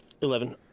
eleven